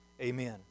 amen